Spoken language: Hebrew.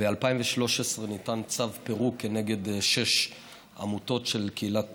ב-2013 ניתן צו פירוק כנגד שש עמותות של קהילת